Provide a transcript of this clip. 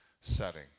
setting